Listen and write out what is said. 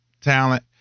talent